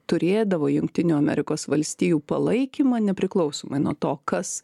turėdavo jungtinių amerikos valstijų palaikymą nepriklausomai nuo to kas